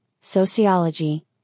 sociology